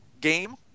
game